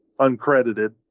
uncredited